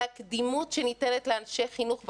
בקדימות שניתנת לאנשי חינוך בחיסונים,